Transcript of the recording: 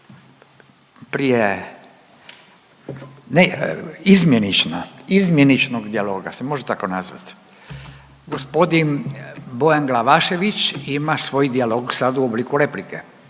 Izmjeničnog dijaloga, se može tako nazvati? G. Bojan Glavašević ima svoj dijalog sad u obliku replike.